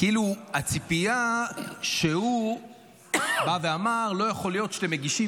כאילו הציפייה שהוא בא ואמר: לא יכול להיות שאתם מגישים